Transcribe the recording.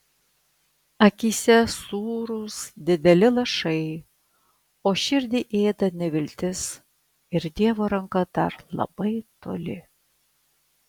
akyse sūrūs dideli lašai o širdį ėda neviltis ir dievo ranka dar labai toli